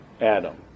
Adam